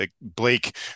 Blake